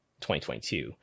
2022